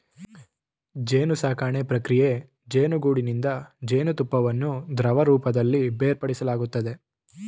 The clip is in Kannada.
ಜೇನುಸಾಕಣೆ ಪ್ರಕ್ರಿಯೆ ಜೇನುಗೂಡಿನಿಂದ ಜೇನುತುಪ್ಪವನ್ನು ದ್ರವರೂಪದಲ್ಲಿ ಬೇರ್ಪಡಿಸಲಾಗ್ತದೆ